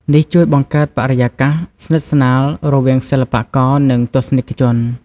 នេះជួយបង្កើតបរិយាកាសស្និទ្ធស្នាលរវាងសិល្បករ និងទស្សនិកជន។